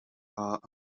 are